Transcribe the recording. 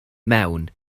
mewn